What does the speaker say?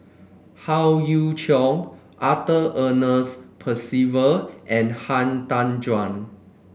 Howe Yoon Chong Arthur Ernest Percival and Han Tan Juan